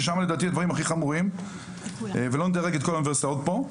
ששמה לדעתי הדברים הכי חמורים ולא נדרג את כל האוניברסיטאות פה,